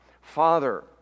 Father